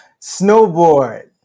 Snowboard